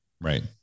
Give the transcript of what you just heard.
Right